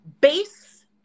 base